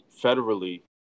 federally